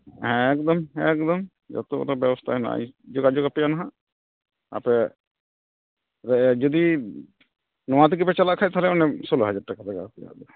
ᱮᱠᱫᱚᱢ ᱮᱠᱫᱚᱢ ᱡᱚᱛᱚ ᱚᱱᱟ ᱵᱮᱵᱚᱥᱛᱷᱟ ᱢᱮᱱᱟᱜᱼᱟ ᱡᱳᱜᱟᱡᱳᱜᱽ ᱟᱯᱮᱭᱟ ᱱᱟᱦᱟᱜ ᱟᱯᱮ ᱡᱩᱫᱤ ᱱᱚᱣᱟ ᱛᱮᱜᱮᱯᱮ ᱪᱟᱞᱟᱜ ᱠᱷᱟᱱ ᱛᱟᱦᱚᱞᱮ ᱚᱱᱮ ᱥᱳᱞᱳ ᱦᱟᱡᱟᱨ ᱴᱟᱠᱟ ᱞᱟᱜᱟᱣ ᱯᱮᱭᱟ